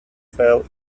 fell